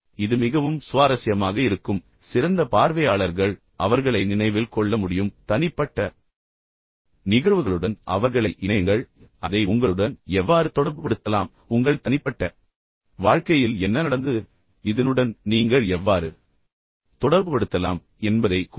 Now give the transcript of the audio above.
எனவே இது மிகவும் சுவாரஸ்யமாக இருக்கும் சிறந்த பார்வையாளர்கள் அவர்களை நினைவில் கொள்ள முடியும் தனிப்பட்ட நிகழ்வுகளுடன் அவர்களை இணையுங்கள் அதை உங்களுடன் எவ்வாறு தொடர்புபடுத்தலாம் உங்கள் தனிப்பட்ட வாழ்க்கையில் என்ன நடந்தது இதனுடன் நீங்கள் எவ்வாறு தொடர்புபடுத்தலாம் என்பதைச் சொல்லலாம்